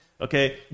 Okay